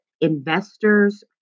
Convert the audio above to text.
investors